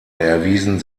erwiesen